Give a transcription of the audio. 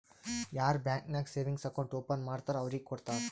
ಯಾರ್ ಬ್ಯಾಂಕ್ ನಾಗ್ savings account open ಮಾಡ್ತಾರ್ ಅವ್ರಿಗ ಕೊಡ್ತಾರ್